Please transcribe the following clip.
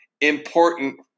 important